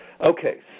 Okay